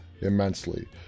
Immensely